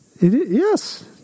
Yes